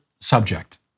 subject